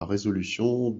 résolution